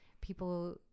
people